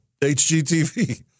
HGTV